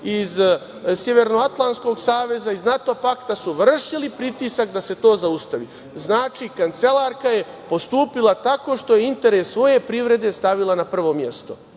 iz Severnoatlantskog saveza iz NATO pakta su vršili pritisak da se to zaustavi. Znači, kancelarka je postupila tako što je interes svoje privrede stavila na prvo mesto.